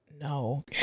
No